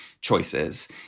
choices